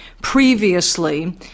previously